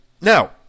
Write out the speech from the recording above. Now